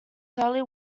slowly